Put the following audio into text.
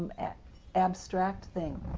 abstract thing,